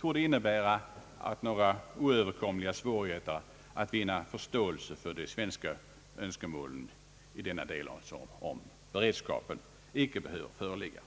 torde innebära att några oöverkomliga svårigheter att vinna förståelse för de svenska önskemålen i denna del icke behöver föreligga.